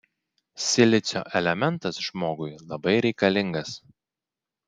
silicio elementas žmogui labai reikalingas